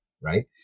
right